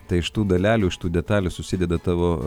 tai iš tų dalelių iš tų detalių susideda tavo